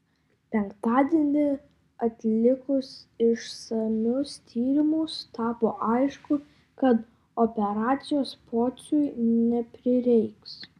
penktadienį atlikus išsamius tyrimus tapo aišku kad operacijos pociui neprireiks